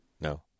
no